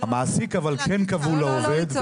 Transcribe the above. אבל המעסיק כן כבול לעובד,